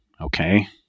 Okay